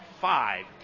five